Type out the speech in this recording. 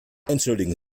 entschuldigen